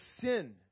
sin